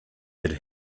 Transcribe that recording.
had